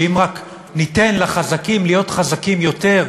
שאם רק ניתן לחזקים להיות חזקים יותר,